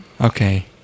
okay